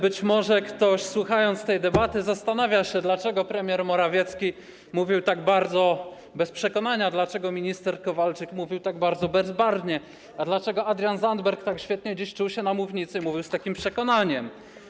Być może ktoś, słuchając tej debaty, zastanawia się, dlaczego premier Morawiecki mówił tak bardzo bez przekonania, dlaczego minister Kowalczyk mówił tak bardzo bezbarwnie i dlaczego Adrian Zandberg tak świetnie dziś czuł się na mównicy, mówił z takim przekonaniem.